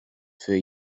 für